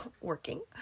working